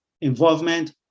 involvement